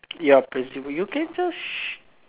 you are presuming you can just